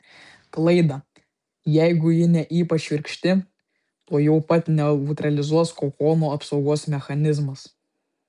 klaidą jeigu ji ne ypač šiurkšti tuojau pat neutralizuos kokono apsaugos mechanizmas